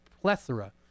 plethora